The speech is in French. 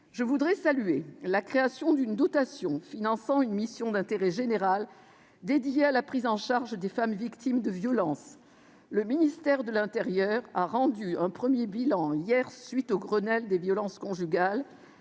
Je voudrais saluer la création d'une dotation finançant une mission d'intérêt général dédiée à la prise en charge des femmes victimes de violences. Hier, le ministère de l'intérieur a rendu un premier bilan à la suite du Grenelle des violences conjugales,